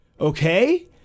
okay